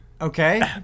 Okay